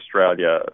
Australia